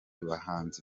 bahanzi